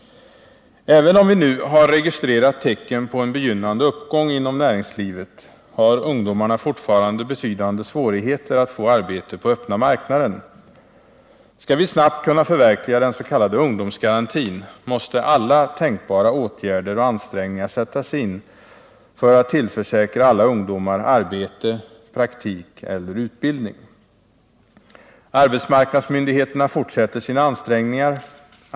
Även om vi nu har registrerat tecken på en begynnande uppgång inom näringslivet, har ungdomarna fortfarande betydande svårigheter att få arbete på öppna marknaden. Skall vi snabbt kunna förverkliga den s.k. ungdomsgarantin, måste alla tänkbara åtgärder och ansträngningar sättas in för att tillförsäkra alla ungdomar arbete, praktik eller utbildning. Arbetsmarknadsmyndigheterna fortsätter sina ansträngningar.